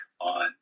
on